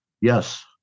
Yes